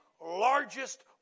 largest